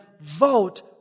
vote